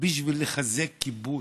בשביל לחזק כיבוש,